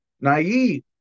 naive